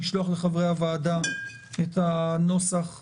לשלוח לחברי הוועדה את הנוסח המתוקן,